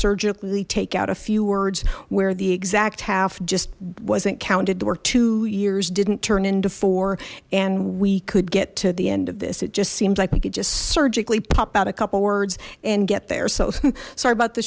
surgically take out a few words where the exact half just wasn't counted or two years didn't turn into four and we could get to the end of this it just seems like we could just surgically pop out a couple of words and get there so sorry about the